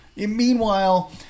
Meanwhile